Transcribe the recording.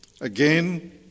Again